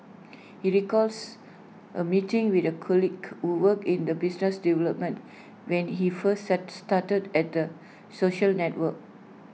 he recalls A meeting with A colleague who worked in the business development when he first at started at the social network